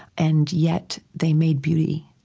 and yet, they made beauty.